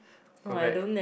go back